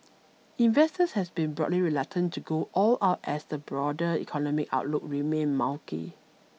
investors has been broadly reluctant to go all out as the broader economic outlook remained murky